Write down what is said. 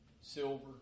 silver